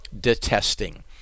detesting